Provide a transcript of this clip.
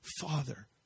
father